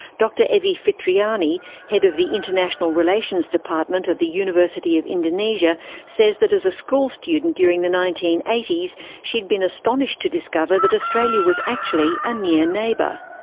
dr evi fitriani, head of the international relations department at the university of indonesia says that as a school student during the nineteen eighty s, she had been astonished to discover that australia was actually a near neighbour.